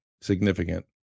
significant